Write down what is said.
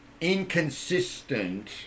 inconsistent